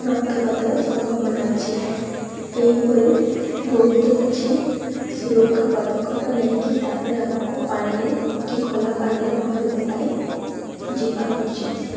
ରକ୍ତପାତର ସମ୍ଭାବନା ଅଛି ଏହିପରି ବହୁତ କିଛି ସୁରକ୍ଷା ପଦକ୍ଷେପ ନେଇକି ତା'ପରେ ଆମକୁ ପାଣିରେ କି ଖୋଲା ପାଣିରେ ପହଁରିବା ପାଇଁ ଯିବା ଉଚିତ୍